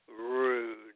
Rude